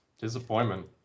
Disappointment